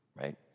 right